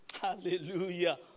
hallelujah